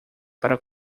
para